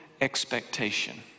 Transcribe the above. expectation